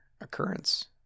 occurrence